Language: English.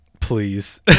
please